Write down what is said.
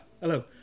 hello